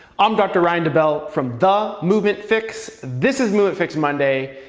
i'm dr. ryan debell from the movement fix. this is movement fix monday,